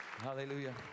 Hallelujah